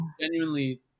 genuinely